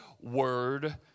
word